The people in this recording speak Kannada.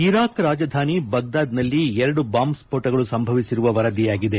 ಇರಾಕ್ ರಾಜಧಾನಿ ಬಾಗ್ದಾದ್ನಲ್ಲಿ ಎರಡು ಬಾಂಬ್ ಸ್ವೋಣಗಳು ಸಂಭವಿಸಿರುವ ವರದಿಯಾಗಿದೆ